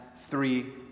Three